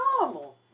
normal